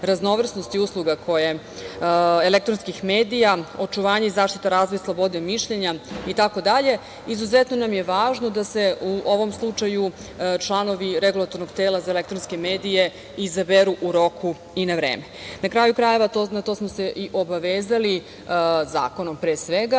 raznovrsnosti usluga elektronskih medija, očuvanje i zaštita razvoja slobode mišljenja itd, izuzetno nam je važno da se u ovom slučaju članovi REM-a izaberu u roku i na vreme. Na kraju krajeva, na to smo se i obavezali zakonom pre svega,